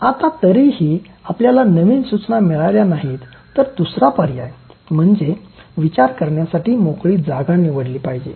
आता तरीही आपल्याला नवीन सूचना मिळाल्या नाहीत तर दुसरा पर्याय म्हणजे विचार करण्यासाठी मोकळी जागा निवडली पाहिजे